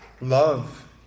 love